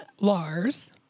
Lars